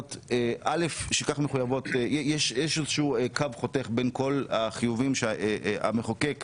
יש איזשהו קו חותך בין כל החיובים שהמחוקק